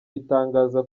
itangaza